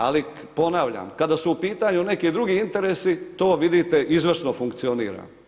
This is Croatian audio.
Ali ponavljam, kada su u pitanju neki drugi interesi, to vidite, izvrsno funkcionira.